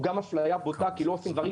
הוא גם אפליה בוטה כי לא עושים דברים